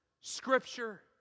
Scripture